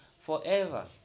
forever